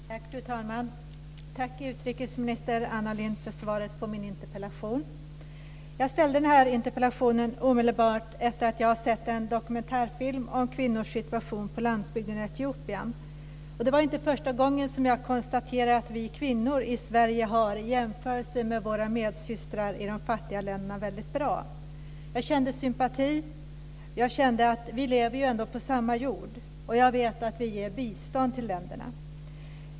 Fru talman! Tack, utrikesminister Anna Lindh för svaret på min interpellation. Jag ställde den här interpellationen omedelbart efter att jag sett en dokumentärfilm om kvinnors situation på landsbygden i Etiopien. Det var inte första gången som jag konstaterade att vi kvinnor i Sverige har det väldigt bra, i jämförelse med våra medsystrar i de fattiga länderna. Jag kände sympati. Vi lever ändå på samma jord, och jag vet att vi ger bistånd till de länderna.